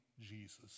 jesus